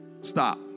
Stop